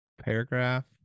paragraph